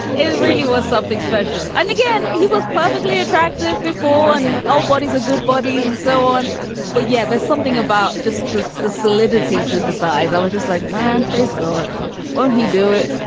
it really was something special. and again, he was probably attractive before and all bodies are good bodies and so on but yeah, there's something about just the the solidity to the thighs. i was just like, man, praise god when he do it